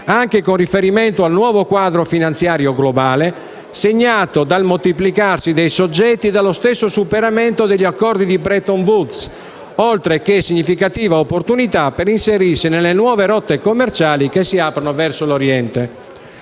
anche con riferimento al nuovo quadro finanziario globale, segnato dal moltiplicarsi dei soggetti e dallo stesso superamento degli accordi di Bretton Woods, oltre che una significativa opportunità per inserirsi nelle nuove rotte commerciali che si aprono verso l'Oriente.